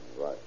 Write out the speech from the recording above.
Right